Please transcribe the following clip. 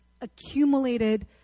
accumulated